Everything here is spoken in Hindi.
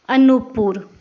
अनूपपुर